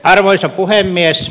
arvoisa puhemies